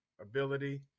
ability